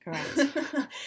Correct